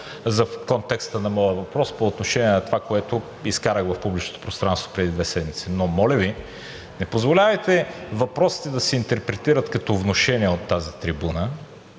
в контекста на моя въпрос по отношение на това, което изкарах в публичното пространство тези две седмици. Но моля Ви, не позволявайте въпросите да се интерпретират като внушения от тази трибуна.